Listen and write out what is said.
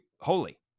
holy